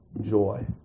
joy